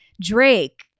Drake